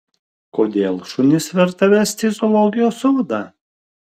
kodėl šunis verta vesti į zoologijos sodą